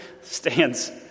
stands